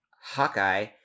Hawkeye